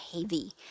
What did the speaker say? heavy